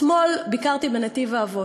אתמול ביקרתי בנתיב-האבות.